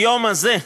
ביום הזה,